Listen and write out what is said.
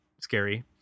scary